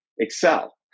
Excel